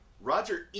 Roger